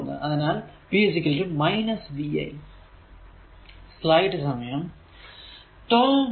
അതിനാൽ p vi